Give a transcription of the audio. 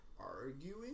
arguing